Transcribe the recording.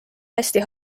hästi